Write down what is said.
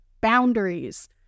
boundaries